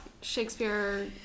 shakespeare